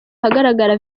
ahagaragara